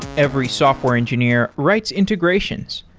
every software engineer writes integration,